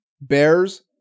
Bears